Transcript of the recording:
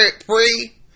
free